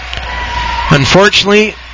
Unfortunately